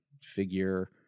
figure